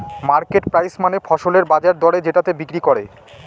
market price মানে ফসলের বাজার দরে যেটাতে বিক্রি করে